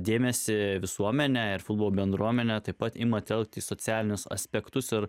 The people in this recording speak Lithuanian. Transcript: dėmesį visuomenę ir futbolo bendruomenę taip pat ima telkti į socialinius aspektus ir